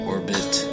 Orbit